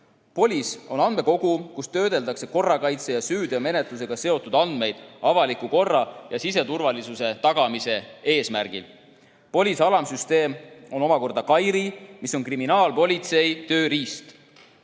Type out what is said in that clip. POLIS on andmekogu, kus töödeldakse korrakaitse ja süüteomenetlusega seotud andmeid avaliku korra ja siseturvalisuse tagamise eesmärgil. POLIS‑e alamsüsteem on omakorda KAIRI, mis on kriminaalpolitsei tööriist.